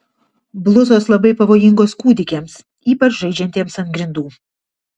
blusos labai pavojingos kūdikiams ypač žaidžiantiems ant grindų